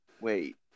wait